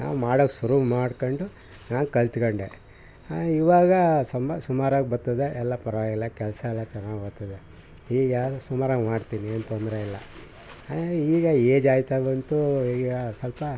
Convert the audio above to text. ನಾವು ಮಾಡಕೆ ಶುರು ಮಾಡ್ಕೊಂಡು ನಾನು ಕಲ್ತ್ಕೊಂಡೆ ಇವಾಗ ಸಂಬ ಸುಮಾರಾಗಿ ಬರ್ತದೆ ಎಲ್ಲ ಪರವಾಗಿಲ್ಲ ಕೆಲಸ ಎಲ್ಲ ಚೆನ್ನಾಗಿ ಬರ್ತದೆ ಈಗ ಸುಮಾರಾಗಿ ಮಾಡ್ತೀನಿ ಏನು ತೊಂದರೆ ಇಲ್ಲ ಈಗ ಏಜ್ ಆಗ್ತ ಬಂತು ಈಗ ಸ್ವಲ್ಪ